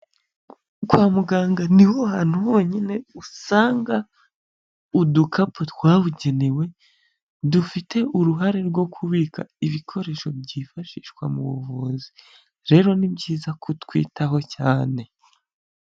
Kwa muganga ni ho hantu honyine usanga udukapu twabugenewe dufite uruhare rwo kubika ibikoresho byifashishwa mu buvuzi, rero ni byiza kutwitaho cyane.